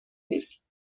نیست